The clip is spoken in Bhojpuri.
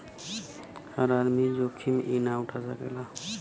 हर आदमी जोखिम ई ना उठा सकेला